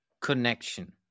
connection